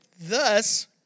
Thus